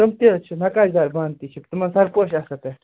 تٕم تہِ حظ چھِ نقاش دار بانہٕ تہِ چھِ تِمن سرپوش آسان پٮ۪ٹھ